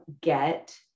get